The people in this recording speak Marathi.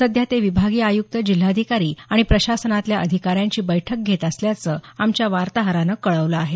सध्या ते विभागीय आयुक्त जिल्हाधिकारी आणि प्रशासनातल्या अधिकाऱ्यांची बैठक घेत असल्याचं आमच्या वार्ताहरानं कळवलं आहे